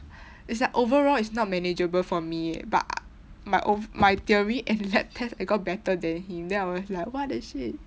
it's like overall it's not manageable for me but my ov~ my theory and lab test I got better than him then I was like what the shit